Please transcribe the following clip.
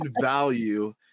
value